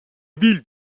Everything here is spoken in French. ville